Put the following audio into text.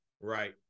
Right